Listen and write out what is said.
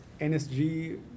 NSG